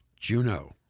Juno